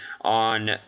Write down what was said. on